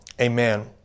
Amen